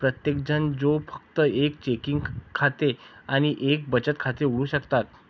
प्रत्येकजण जे फक्त एक चेकिंग खाते आणि एक बचत खाते उघडू शकतात